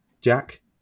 Jack